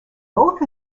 both